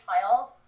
child